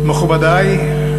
מכובדי,